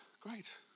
Great